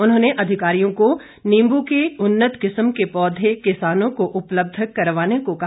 उन्होंने अधिकारियों को नींबू के उन्नत किस्म के पौधे किसानों को उपलब्ध करवाने को कहा